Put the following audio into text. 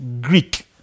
Greek